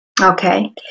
Okay